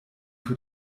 für